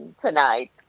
tonight